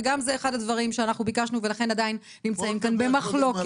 וגם זה אחד הדברים שאנחנו ביקשנו ולכן עדיין נמצאים כאן במחלוקת.